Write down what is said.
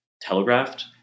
telegraphed